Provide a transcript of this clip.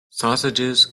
sausages